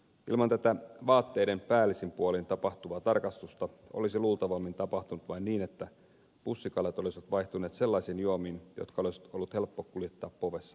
ilman tätä vaatteiden päällisin puolin tapahtuvaa tarkastusta olisi luultavammin tapahtunut vain niin että pussikaljat olisivat vaihtuneet sellaisiin juomiin jotka olisi ollut helppo kuljettaa povessa